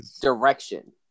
direction